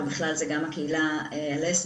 ובכלל זה גם הקהילה הלסבית.